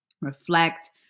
reflect